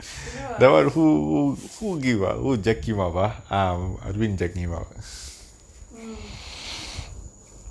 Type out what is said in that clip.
தெளிவா இருக்கனும்:thelivaa irukanum mm